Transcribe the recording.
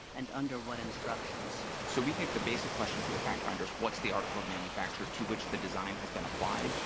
and under what instructions? fletcher so we think the basic question for the fact-finders, what's the article of manufacture to which the design has been applied.